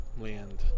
land